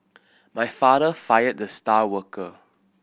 my father fired the star worker